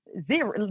zero